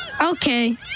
Okay